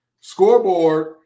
Scoreboard